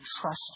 trust